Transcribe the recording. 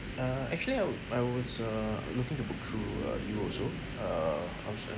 uh actually I I was uh looking to book through uh you also err I was